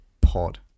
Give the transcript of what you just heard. pod